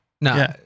No